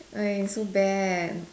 I so bad